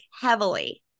heavily